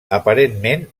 aparentment